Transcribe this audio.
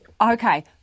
Okay